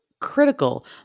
critical